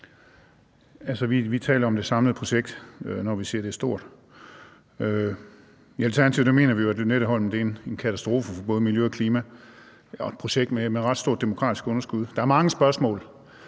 vi taler om det samlede projekt, når vi siger, at det er stort. I Alternativet mener vi jo, at Lynetteholmen er en katastrofe for både miljø og klima og et projekt med et ret stort demokratisk underskud. Der er mange spørgsmål,